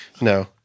No